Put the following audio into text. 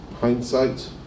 Hindsight